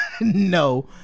No